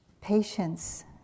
Patience